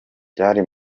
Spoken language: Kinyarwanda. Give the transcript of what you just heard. byari